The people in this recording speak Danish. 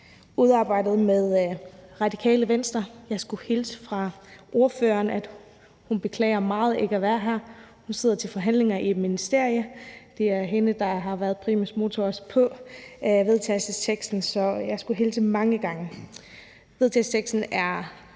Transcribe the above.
udarbejdet sammen med Radikale Venstre. Jeg skulle hilse fra deres ordfører og sige, at hun beklager meget ikke at kunne være her. Hun sidder til forhandlinger i et ministerium. Det er hende, der har været primus motor på vedtagelsesteksten, så jeg skulle hilse mange gange. Forslaget til